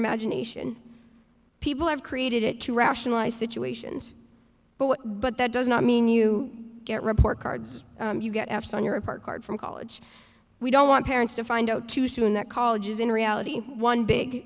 imagination people have created it to rationalize situations but that does not mean you get report cards you get f s on your report card from college we don't want parents to find out too soon that college is in reality one big